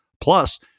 plus